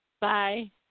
Bye